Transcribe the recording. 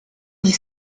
dix